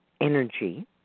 energy